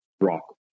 rock